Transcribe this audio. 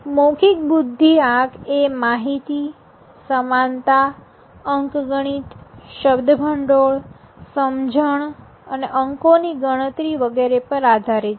મૌખિક બુદ્ધિઆંક એ માહિતી સમાનતા અંકગણિત શબ્દભંડોળ સમજણ અંકોની ગણતરી વગેરે પર આધારિત છે